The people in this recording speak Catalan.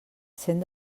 cent